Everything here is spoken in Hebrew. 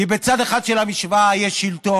כי בצד אחד של המשוואה יש שלטון